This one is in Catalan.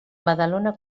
badalona